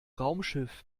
raumschiff